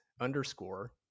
underscore